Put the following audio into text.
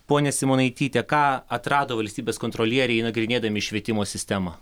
ponia simonaityte ką atrado valstybės kontrolieriai nagrinėdami švietimo sistemą